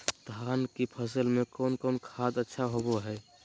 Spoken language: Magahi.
धान की फ़सल में कौन कौन खाद अच्छा होबो हाय?